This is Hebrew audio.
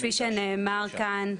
כפי שנאמר כאן,